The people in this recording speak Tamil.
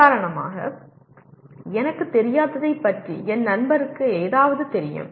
உதாரணமாக எனக்குத் தெரியாததைப் பற்றி என் நண்பருக்கு ஏதாவது தெரியும்